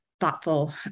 thoughtful